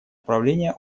управления